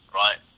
right